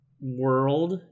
world